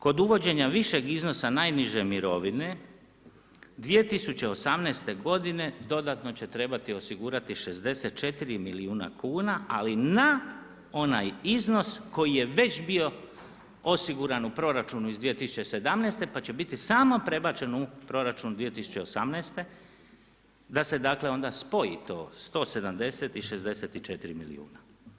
Kod uvođenja višeg iznosa najniže mirovine 2018. godine dodatno će trebati osigurati 64 milijuna kuna ali na onaj iznos koji je već bio osiguran u proračunu iz 2017., pa će biti samo prebačen u proračun 2018. da se dakle onda spoji to 170 i 64 milijuna.